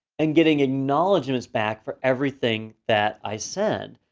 and getting acknowledgments back for everything that i send.